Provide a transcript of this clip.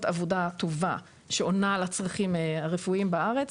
עבודה טובה שעונה על הצרכים הרפואיים בארץ,